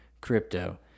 crypto